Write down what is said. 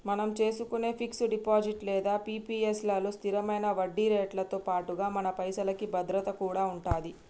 మనం చేసుకునే fix deposit లేదా పి.పి.ఎస్ లలో స్థిరమైన వడ్డీరేట్లతో పాటుగా మన పైసలకి భద్రత కూడా ఉంటది